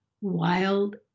wild